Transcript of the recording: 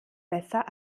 besser